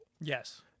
yes